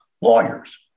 Lawyers